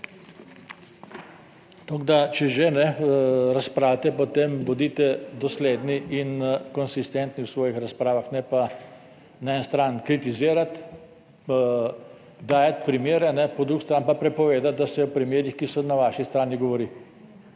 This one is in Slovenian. Tako da, če že razpravljate, potem bodite dosledni in konsistentni v svojih razpravah, ne pa na eni strani kritizirati, dajati primere, po drugi strani pa prepovedati, da se o primerih, ki so na vaši strani, govori;